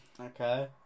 okay